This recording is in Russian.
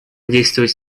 действовать